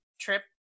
trip